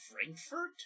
Frankfurt